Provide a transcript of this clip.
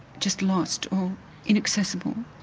just lost or inaccessible,